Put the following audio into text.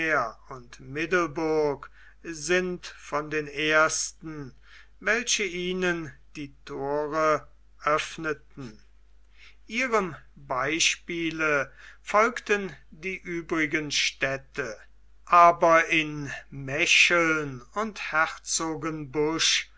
und middelburg sind von den ersten welche ihnen die thore öffneten ihrem beispiele folgten die übrigen städte aber in mecheln und